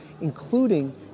including